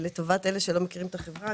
לטובת אלה שלא מכירים את החברה,